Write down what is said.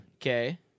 Okay